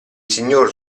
signor